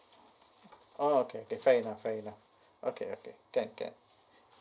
oh okay okay fair enough fair enough okay okay can can